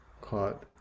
Caught